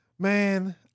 Man